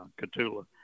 Catula